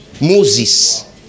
Moses